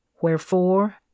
Wherefore